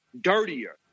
dirtier